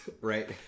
Right